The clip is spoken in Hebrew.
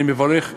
אני מברך,